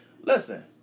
Listen